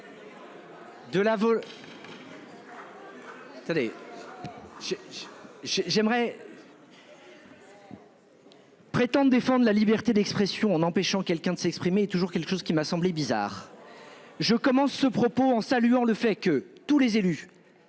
j'aimerais. Prétendent défendre la liberté d'expression en empêchant quelqu'un de s'exprimer. Toujours quelque chose qui m'a semblé bizarre je commence ce propos en saluant le fait que tous les élus